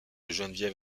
geneviève